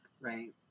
right